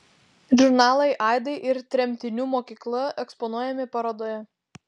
žurnalai aidai ir tremtinių mokykla eksponuojami parodoje